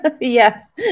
Yes